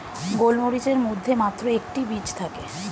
গোলমরিচের মধ্যে মাত্র একটি বীজ থাকে